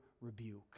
rebuke